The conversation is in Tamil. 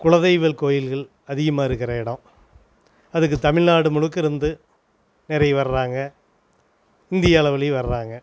குலதெய்வம் கோயில்கள் அதிகமாக இருக்கிற இடம் அதுக்கு தமிழ்நாடு முழுக்க இருந்து நிறைய வர்றாங்க இந்திய அளவிலையும் வர்றாங்க